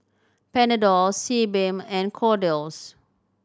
Panadol Sebamed and Kordel's